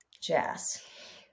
jazz